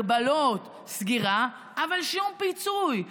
הגבלות, סגירה, אבל שום פיצוי.